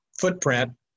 footprint